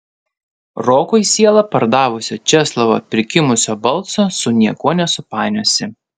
rokui sielą pardavusio česlovo prikimusio balso su niekuo nesupainiosi